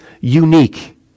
unique